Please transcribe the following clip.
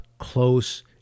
close